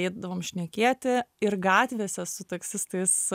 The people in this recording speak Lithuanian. eidavom šnekėti ir gatvėse su taksistais